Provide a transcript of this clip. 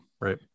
Right